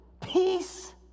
Peace